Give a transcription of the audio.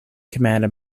commander